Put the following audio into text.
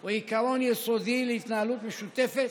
הוא עיקרון יסודי להתנהלות משותפת,